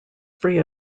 free